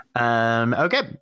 okay